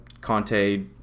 Conte